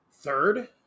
Third